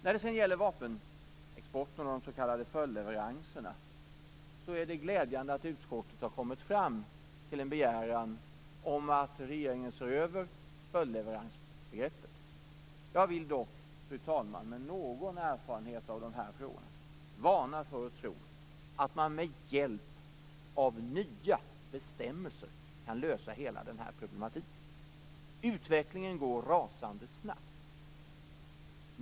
När det gäller vapenexporten och de s.k. följdleveranserna är det glädjande att utskottet har kommit fram till en begäran om att regeringen skall se över följdleveransbegreppet. Jag har ändå någon erfarenhet av dessa frågor. Därför vill jag, fru talman, varna för att tro att man med hjälp av nya bestämmelser kan lösa hela den här problematiken. Utvecklingen går rasande snabbt.